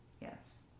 Yes